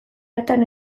hartan